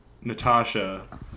natasha